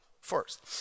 first